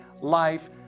life